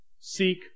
Seek